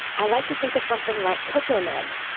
i like to think of something like cocoa nibs.